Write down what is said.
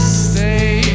stay